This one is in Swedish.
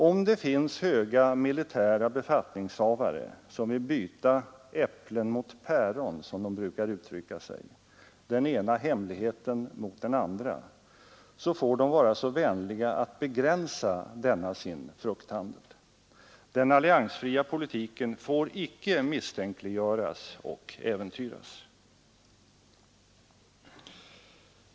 Om det finns höga militära befattningshavare som vill byta ”äpplen mot päron”, som de brukar uttrycka sig — den ena hemligheten mot den andra — så får de vara så vänliga att begränsa denna sin frukthandel. Den alliansfria politiken får icke misstänkliggöras och äventyras.